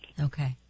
Okay